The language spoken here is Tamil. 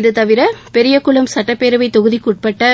இதுதவிர பெரியகுளம் சட்டப்பேரவை தொகுதிக்குட்பட்ட